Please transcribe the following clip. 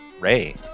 Ray